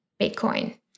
Bitcoin